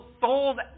sold